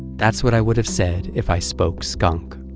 that's what i would have said if i spoke skunk.